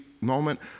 moment